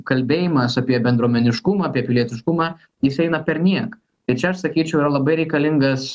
kalbėjimas apie bendruomeniškumą apie pilietiškumą jis eina perniek ir čia aš sakyčiau yra labai reikalingas